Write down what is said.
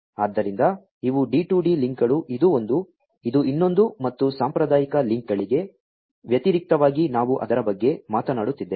ಆದ್ದರಿಂದ ಇವು D2D ಲಿಂಕ್ಗಳು ಇದು ಒಂದು ಇದು ಇನ್ನೊಂದು ಮತ್ತು ಸಾಂಪ್ರದಾಯಿಕ ಲಿಂಕ್ಗಳಿಗೆ ವ್ಯತಿರಿಕ್ತವಾಗಿ ನಾವು ಅದರ ಬಗ್ಗೆ ಮಾತನಾಡುತ್ತಿದ್ದೇವೆ